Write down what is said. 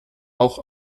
auch